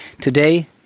Today